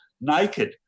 naked